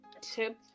tip